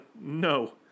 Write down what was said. No